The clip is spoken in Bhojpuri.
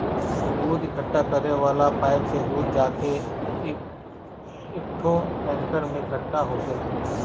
दूध इकट्ठा करे वाला पाइप से दूध जाके एकठो टैंकर में इकट्ठा होखेला